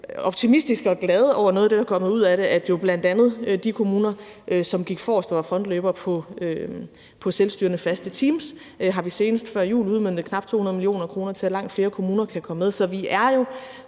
optimisme og glæde over noget af det, der er kommet ud af det – nemlig bl.a. i de kommuner, som gik forrest og var frontløbere, hvad angår selvstyrende faste teams. Senest har vi før jul udmøntet knap 200 mio. kr., til at langt flere kommuner kan komme med.